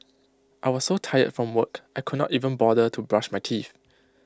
I was so tired from work I could not even bother to brush my teeth